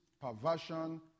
perversion